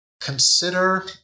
consider